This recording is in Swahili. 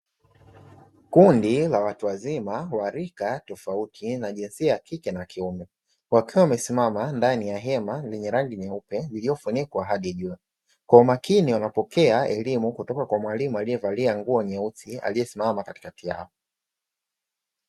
Kundi la watu wazima wa rika tofauti wa jinsia ya kike na kiume, wakiwa wamesimama ndani ya hema lenye rangi nyeupe lililofunikwa hadi juu. Kwa umakini wanapokea elimu kutoka kwa mwalimu aliyevalia nguo nyeusi aliyesimama katikati yao.